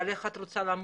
אבל איך את רוצה למות,